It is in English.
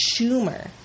Schumer